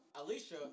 Alicia